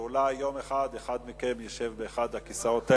ואולי יום אחד אחד מכם ישב באחד הכיסאות האלה.